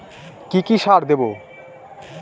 কি কি সার দেবো?